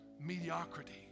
mediocrity